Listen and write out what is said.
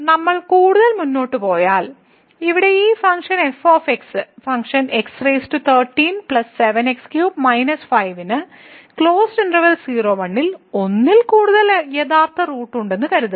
നമ്മൾ കൂടുതൽ മുന്നോട്ട് പോയാൽ ഇവിടെ ഈ f ഫംഗ്ഷൻ x13 7x3 - 5 ന് 0 1 ൽ ഒന്നിൽ കൂടുതൽ യഥാർത്ഥ റൂട്ട് ഉണ്ടെന്ന് കരുതുക